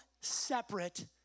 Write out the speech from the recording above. separate